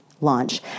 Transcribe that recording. launch